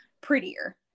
prettier